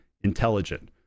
intelligent